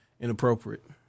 inappropriate